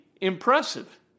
impressive